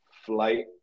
flight